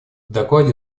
докладе